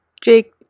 Jake